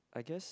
I guess